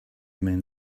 men